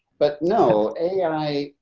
but no ai,